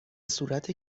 صورت